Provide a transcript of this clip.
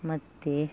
ಮತ್ತೆ